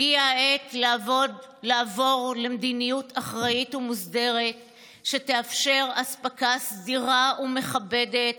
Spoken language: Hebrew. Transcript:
הגיעה העת לעבור למדיניות אחראית ומוסדרת שתאפשר אספקה סבירה ומכבדת